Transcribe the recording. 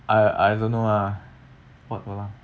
I I don't know ah what polar